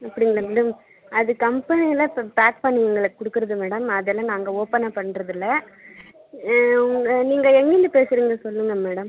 அப்படிங்களா மேடம் அது கம்பனியில் இப்போ பேக் பண்ணி உங்களுக்கு கொடுக்கறது மேடம் அதெல்லாம் நாங்கள் ஓபன் அப் பண்ணுறதில்ல உங்கள் நீங்கள் எங்கேந்து பேசுகிறிங்க சொல்லுங்கள் மேடம்